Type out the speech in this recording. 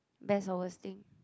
best or worst thing